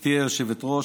גברתי היושבת-ראש,